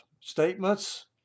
statements